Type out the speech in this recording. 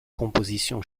composition